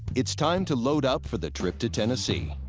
it's time to load up for the trip to tennessee.